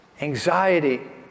Anxiety